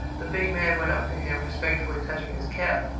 the big man went up to him, respectfully touching his cap.